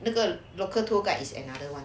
那个 local tour guide is another [one]